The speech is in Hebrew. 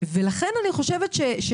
לכן אני חושבת שזה